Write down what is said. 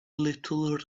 little